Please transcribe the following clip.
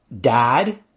dad